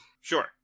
Sure